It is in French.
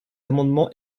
amendement